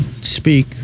speak